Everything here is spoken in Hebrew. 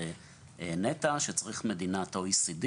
שצריך מדינת OECD,